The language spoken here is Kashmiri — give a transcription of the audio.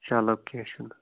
چَلو کیٚنٛہہ چھُنہٕ